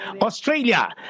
Australia